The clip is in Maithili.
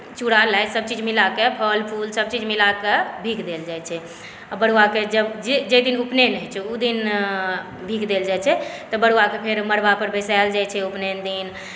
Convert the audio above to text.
चुड़ा लाइ सभ चीज मिलाकेँ फल फूल सभ चीज मिलाकऽ भीख देल जाइ छै आ बरुआके जई दिन उपनयन होइ छै ओ दिन भीख देल जाइ छै तऽ बरुआकेँ फेर मड़वा पर बैसायल जाइ छै उपनयन दिन